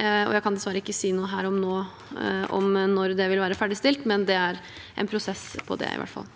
Jeg kan dessverre ikke si noe her og nå om når det vil være ferdigstilt, men det er i hvert fall